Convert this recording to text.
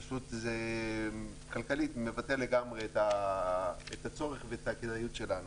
פשוט כלכלית זה מבטל לגמרי את הצורך ואת הכדאיות שלנו.